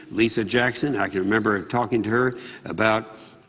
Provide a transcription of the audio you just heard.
lisa jackson. i can remember talking to her about,